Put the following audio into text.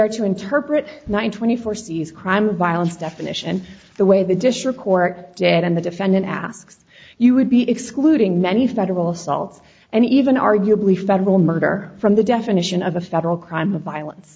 are to interpret nine twenty four c's crime violence definition the way the district court date and the defendant asks you would be excluding many federal assault and even arguably federal murder from the definition of a federal crime of violence